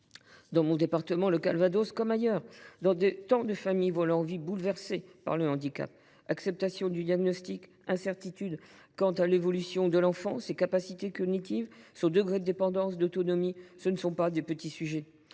Dans mon département du Calvados comme ailleurs, nombre de familles voient leurs vies bouleversées par le handicap. Acceptation du diagnostic, incertitude quant à l’évolution de l’enfant, de ses capacités cognitives, de son degré de dépendance, d’autonomie : ce ne sont pas de petits sujets